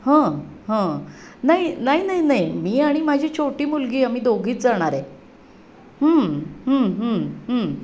हं हं नाही नाही नाही नाही मी आणि माझी छोटी मुलगी आम्ही दोघीच जाणार आहे हं हं हं हं